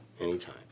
Anytime